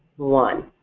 one.